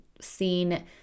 seen